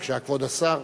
בבקשה, כבוד השר.